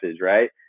right